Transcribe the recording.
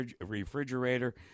refrigerator